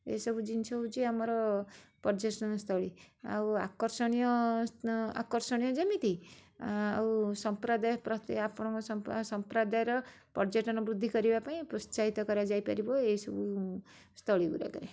ଏହିସବୁ ଜିନିଷ ହେଉଛି ଆମର ପର୍ଯ୍ୟଟନସ୍ଥଳୀ ଆଉ ଆକର୍ଷଣୀୟ ଆକର୍ଷଣୀୟ ଯେମିତି ଆଉ ସମ୍ପ୍ରଦାୟ ଆପଣଙ୍କ ସମ୍ପ୍ରଦାୟର ପର୍ଯ୍ୟଟନ ବୃଦ୍ଧି କରିବା ପାଇଁ ପ୍ରୋତ୍ସାହିତ କରାଯାଇପାରିବ ଏହିସବୁ ସ୍ଥଳୀ ଗୁଡ଼ାକରେ